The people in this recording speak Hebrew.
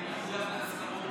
לי הסכמות